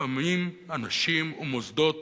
לפעמים אנשים או מוסדות